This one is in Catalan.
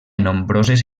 nombroses